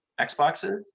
Xboxes